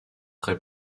très